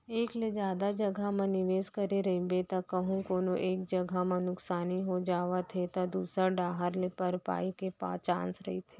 एक ले जादा जघा म निवेस करे रहिबे त कहूँ कोनो एक जगा म नुकसानी हो जावत हे त दूसर डाहर ले भरपाई के चांस रहिथे